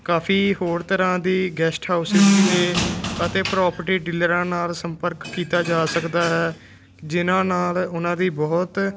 ਕਾਫੀ ਹੋਰ ਤਰ੍ਹਾਂ ਦੀ ਗੈਸਟ ਹਾਊਸ ਵੀ ਨੇ ਅਤੇ ਪ੍ਰੋਪਰਟੀ ਡੀਲਰਾਂ ਨਾਲ ਸੰਪਰਕ ਕੀਤਾ ਜਾ ਸਕਦਾ ਹੈ ਜਿਨ੍ਹਾਂ ਨਾਲ ਉਹਨਾਂ ਦੀ ਬਹੁਤ